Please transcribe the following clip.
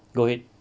go ahead